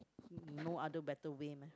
no other better way meh